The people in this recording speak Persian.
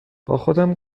باخودم